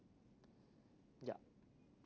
yup